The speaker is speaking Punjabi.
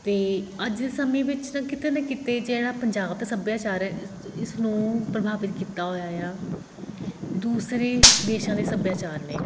ਅਤੇ ਅੱਜ ਸਮੇਂ ਵਿੱਚ ਕਿਤੇ ਨਾ ਕਿਤੇ ਜਿਹੜਾ ਪੰਜਾਬ ਦਾ ਸੱਭਿਆਚਾਰ ਆ ਇਸ ਇਸਨੂੰ ਪ੍ਰਭਾਵਿਤ ਕੀਤਾ ਹੋਇਆ ਏ ਆ ਦੂਸਰੇ ਦੇਸ਼ਾਂ ਦੇ ਸੱਭਿਆਚਾਰ ਨੇ